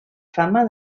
fama